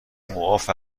معاف